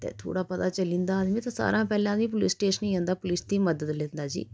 ते थोह्ड़ा पता चली जंदा आदमी ते सारा हां पैह्लें आदमी पुलिस स्टेशन ही जंदा पुलिस दी ही मदद लैंदा जी